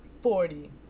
Forty